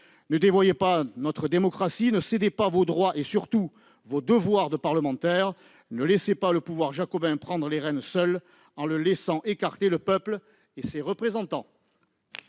Ne dévoyez pas notre démocratie, ne cédez pas vos droits et, surtout, vos devoirs de parlementaires, ne laissez pas le pouvoir jacobin prendre les rênes seul, en écartant le peuple et ses représentants.